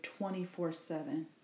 24-7